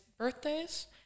birthdays